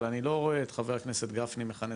אבל אני לא רואה את חבר הכנסת גפני מכנס